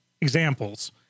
examples